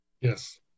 yes